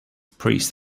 priest